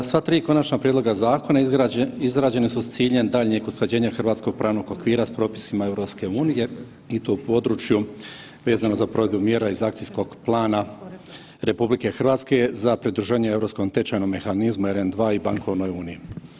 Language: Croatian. Sva 3 konačna prijedloga zakona izrađeni su s ciljem daljnjeg usklađenja hrvatskog pravnog okvira s propisima EU i to u području vezano za provedbu mjera iz akcijskog plana RH za pridruživanje europskom tečajnom mehanizmu EREM2 i bankovnoj uniji.